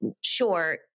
sure